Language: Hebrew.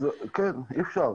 כן, אי אפשר.